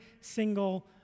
single